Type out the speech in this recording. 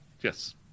Yes